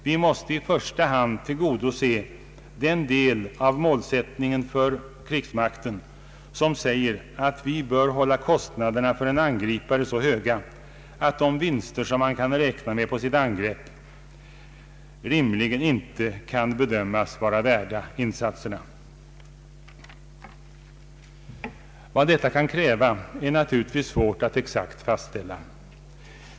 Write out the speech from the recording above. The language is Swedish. Vi måste i första hand tillgodose den del av målsättningen för det militära försvaret som säger att vi bör hålla kostnaderna för en angripare så höga att de vinster han kan räkna med på sitt angrepp rimligen inte kan bedömas värda insatserna. Vad detta kan kräva är naturligtvis svårt att exakt fastställa.